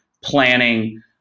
planning